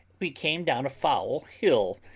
we came down a foul hill,